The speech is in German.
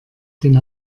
den